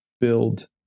build